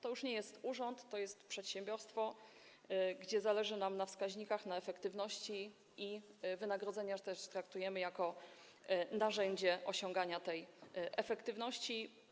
To już nie jest urząd, to jest przedsiębiorstwo, gdzie zależy nam na wskaźnikach, na efektywności i wynagrodzenia też traktujemy jako narzędzie osiągania tej efektywności.